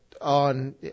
on